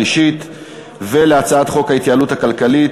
ובהצעת חוק ההתייעלות הכלכלית